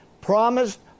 promised